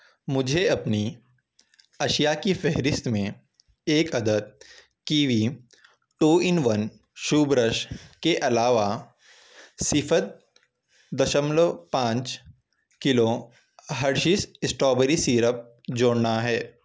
مجھے اپنی اشیاء کی فہرست میں ایک عدد kiwi two in one shoe brush کے علاوہ صفر دشملو پانچ کلو ہرشیس اسٹرابیری سیرپ جوڑنا ہے